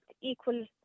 equal